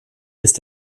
ist